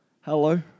Hello